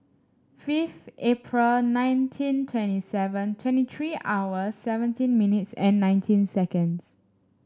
fifth April nineteen twenty seven twenty three hours seventeen minutes and nineteen seconds